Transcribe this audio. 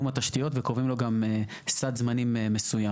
התשתיות וקובעים לו גם סד זמנים מסוים.